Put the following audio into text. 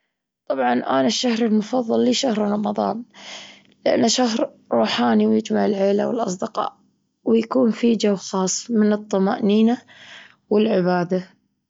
طبعًا أنا الشهر المفظل لي شهر رمضان، لأنه شهر روحاني ويجمع العيلة والأصدقاء، ويكون في جو خاص من الطمأنينة والعبادة.